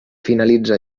finalitza